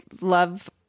love